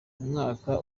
umwaka